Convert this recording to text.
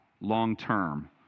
long-term